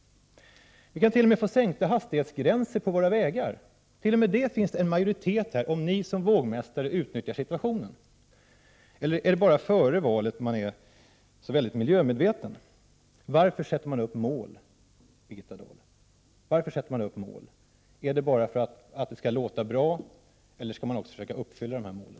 Ni kan t.o.m. åstadkomma sänkta hastighetsgränser på våra vägar. T.o.m. detta finns det en majoritet för här, om ni som vågmästare utnyttjar situationen. Är det bara före valet som man är så miljömedveten? Varför sätter man upp mål, Birgitta Dahl? Är det bara för att det skall låta bra, eller skall man också försöka uppfylla målen?